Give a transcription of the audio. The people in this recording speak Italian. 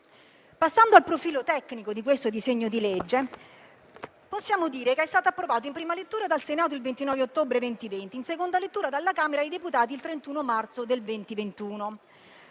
Passando al profilo tecnico di questo disegno di legge, possiamo dire che è stato approvato in prima lettura dal Senato il 29 ottobre 2020 e in seconda lettura dalla Camera dei deputati il 31 marzo 2021.